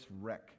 wreck